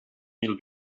mil